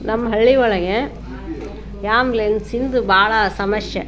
ನಮ್ಮ ಹಳ್ಳಿ ಒಳಗೆ ಯಾಂಬ್ಲೆನ್ಸಿಂದು ಬಹಳ ಸಮಸ್ಯೆ